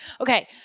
Okay